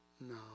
No